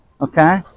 Okay